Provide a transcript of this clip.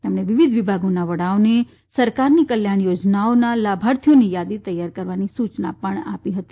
તેમણે વિવિધ વિભાગોના વડાઓને સરકારની કલ્યાણ યોજનાઓના લાભાર્થીઓની યાદી તૈયાર કરવાની સુચના પણ આપી હતી